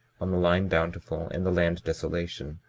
on the line bountiful and the land desolation,